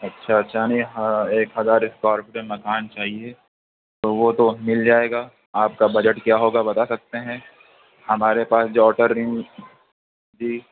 اچھا اچھا یعنی ہاں ایک ہزار اسکوائر فٹ میں مکان چاہیے تو وہ تو مل جائے گا آپ کا بجٹ کیا ہوگا بتا سکتے ہیں ہمارے پاس جو آوٹر رنگ جی